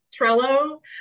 Trello